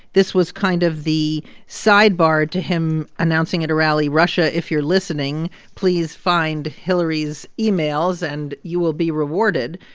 this was kind of the sidebar to him announcing at a rally russia, if you're listening, please find hillary's emails, and you will be rewarded.